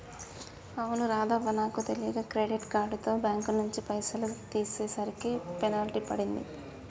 అవును రాధవ్వ నాకు తెలియక క్రెడిట్ కార్డుతో బ్యాంకు నుంచి పైసలు తీసేసరికి పెనాల్టీ పడింది